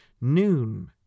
noon